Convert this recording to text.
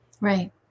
Right